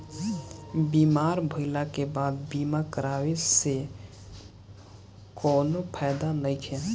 बीमार भइले के बाद बीमा करावे से कउनो फायदा नइखे